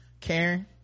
karen